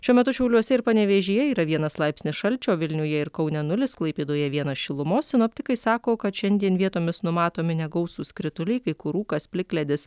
šiuo metu šiauliuose ir panevėžyje yra vienas laipsnis šalčio vilniuje ir kaune nulis klaipėdoje vienas šilumos sinoptikai sako kad šiandien vietomis numatomi negausūs krituliai kai kur rūkas plikledis